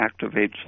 activates